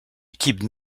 équipe